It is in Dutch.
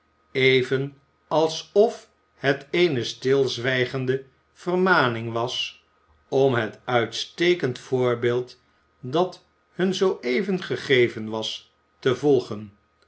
even alsof het eene stilzwijgende vermaning was om het uitstekend voorbeeld dat hun zoo even gegeven was te volgen